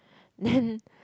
then